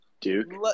Duke